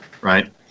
right